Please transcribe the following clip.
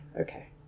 Okay